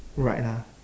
right lah